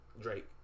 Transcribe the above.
Drake